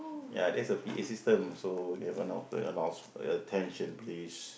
ya that's the P_A system so you have announcement announce attention please